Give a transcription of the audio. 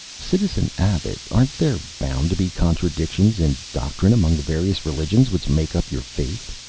citizen abbot, aren't there bound to be contradictions in doctrine among the various religions which make up your faith?